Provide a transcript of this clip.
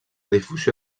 difusió